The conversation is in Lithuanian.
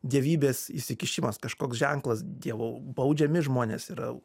dievybės įsikišimas kažkoks ženklas dievo baudžiami žmonės yra